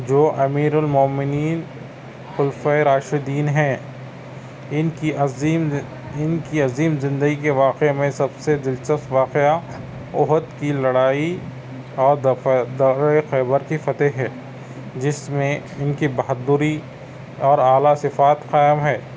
جو امیرالمومنین خلفائے راشدین ہیں اِن کی عظیم اِن کی عظیم زندگی واقعے میں سب سے دلچسپ واقعہ احد کی لڑائی اور دفعہ دعویٰ خیبر کی فتح ہے جس میں اِن کی بہادری اور اعلیٰ صِفات قائم ہے